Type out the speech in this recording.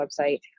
website